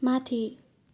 माथि